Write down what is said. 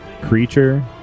creature